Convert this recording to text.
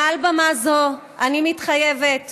מעל במה זו אני מתחייבת